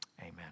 Amen